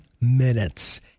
minutes